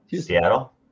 Seattle